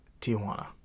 Tijuana